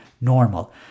normal